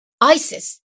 ISIS